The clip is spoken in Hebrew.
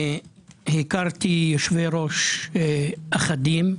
הכרתי יושבי-ראש אחדים,